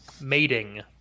mating